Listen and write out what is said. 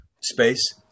space